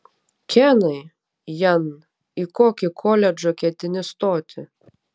kenai jan į kokį koledžą ketini stoti